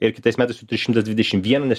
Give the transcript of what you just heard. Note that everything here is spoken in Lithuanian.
ir kitais metais tu turi šimtas dvidešim vieną nes